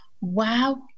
Wow